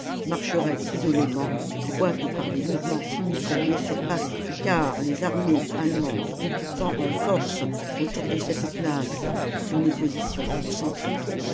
marcherait isolément quoique par des mouvements simultanés sur paris car les armées allemandes occupant en forces autour de cette place une position concentrique